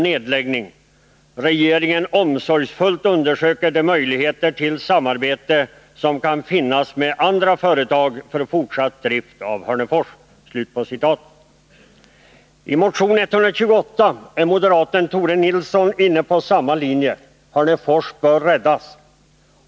nedläggning, regeringen omsorgsfullt undersöker de möjligheter till samarbete som kan finnas med andra företag för fortsatt drift av Hörnefors.” I motion 128 är moderaten Tore Nilsson inne på samma linje: Hörnefors bör räddas!